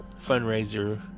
fundraiser